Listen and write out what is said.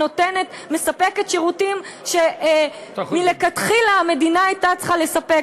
ומספקת שירותים שמלכתחילה המדינה הייתה צריכה לספק,